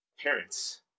parents